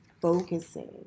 focusing